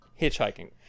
hitchhiking